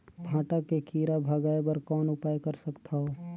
भांटा के कीरा भगाय बर कौन उपाय कर सकथव?